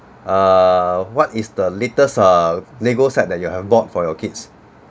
err what is the latest uh lego set that you have bought for your kids